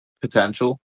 potential